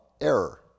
error